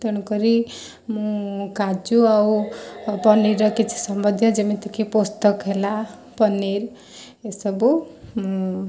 ତେଣୁ କରି ମୁଁ କାଜୁ ଆଉ ପନିର୍ର କିଛି ସମ୍ବନ୍ଧୀୟ ଯେମିତି କି ପୋସ୍ତକ ହେଲା ପନିର୍ ଏ ସବୁ ମୁଁ